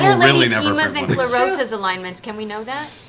are lady lady kima's and clarota's alignments? can we know that?